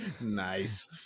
Nice